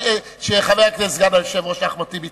כשחבר הכנסת סגן היושב-ראש אחמד טיבי צודק,